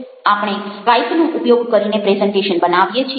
આપણે સ્કાઇપ નો ઉપયોગ કરીને પ્રેઝન્ટેશન બનાવીએ છીએ